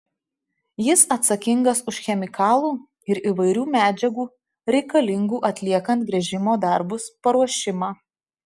jis atsakingas už chemikalų ir įvairių medžiagų reikalingų atliekant gręžimo darbus paruošimą